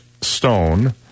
stone